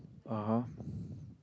(uh huh)